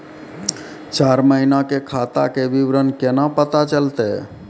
चार महिना के खाता के विवरण केना पता चलतै?